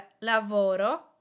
lavoro